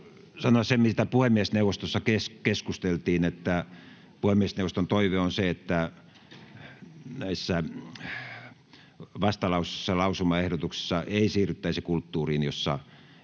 sanoa sen, mistä puhemiesneuvostossa keskusteltiin. Puhemiesneuvoston toive on se, että näissä vastalauseissa ja lausumaehdotuksissa ei siirryttäisi kulttuuriin, jossa